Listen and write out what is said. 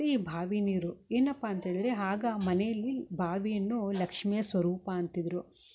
ಬಾವಿ ನೀರು ಏನಪ್ಪ ಅಂತೇಳಿದರೆ ಆಗ ಆ ಮನೆಯಲ್ಲಿ ಬಾವಿಯನ್ನು ಲಕ್ಷ್ಮಿಯ ಸ್ವರೂಪ ಅಂತಿದ್ದರು